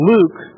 Luke